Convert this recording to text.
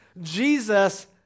Jesus